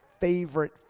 favorite